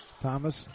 Thomas